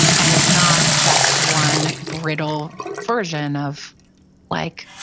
and it's not just one brittle version of like,